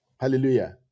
Hallelujah